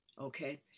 Okay